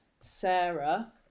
Sarah